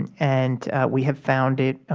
and and we have found it,